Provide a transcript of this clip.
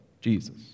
Jesus